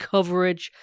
Coverage